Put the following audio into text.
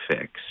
fix